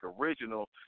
original